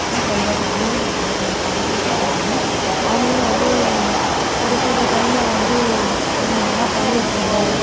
அப்படின் சரியாக பண்ணி அவங்களுக்கு நான் காம்ச்சு கொடுத்துருக்கேன் அவங்களும் வந்து ஒரு சில டைமில் வந்து நீங்கள் நல்லா பண்ணியிருக்கிறீங்க